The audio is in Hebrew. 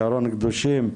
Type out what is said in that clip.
ירון קדושים,